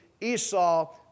Esau